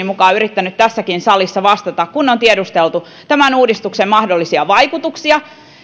mukaan yrittänyt tässäkin salissa vastata kun on tiedusteltu tämän uudistuksen mahdollisia vaikutuksia se